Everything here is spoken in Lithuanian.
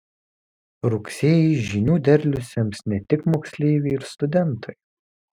rugsėjį žinių derlių sems ne tik moksleiviai ir studentai